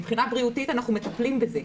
מבחינה בריאותית אנחנו מטפלים בזה,